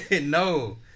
No